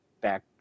back